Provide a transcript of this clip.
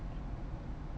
不用 like